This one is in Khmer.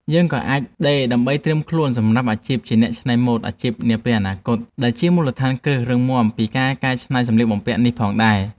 យើងក៏អាចដេរដើម្បីត្រៀមខ្លួនសម្រាប់អាជីពជាអ្នកច្នៃម៉ូដអាជីពនាពេលអនាគត ដែលមានមូលដ្ឋានគ្រឹះរឹងមាំពីការកែច្នៃសម្លៀកបំពាក់នេះផងដែរ។